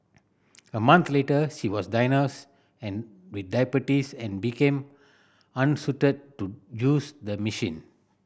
a month later she was diagnosed and with diabetes and became unsuited to use the machine